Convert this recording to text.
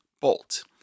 bolt